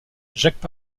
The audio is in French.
jacques